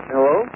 Hello